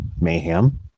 mayhem